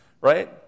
right